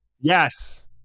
Yes